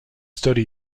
study